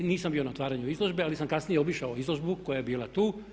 Nisam bio na otvaranju izložbe, ali sam kasnije obišao izložbu koja je bila tu.